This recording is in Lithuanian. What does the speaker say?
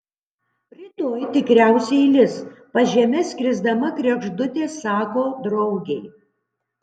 rytoj tikriausiai lis pažeme skrisdama kregždutė sako draugei